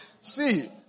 see